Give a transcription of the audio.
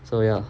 so ya